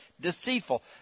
deceitful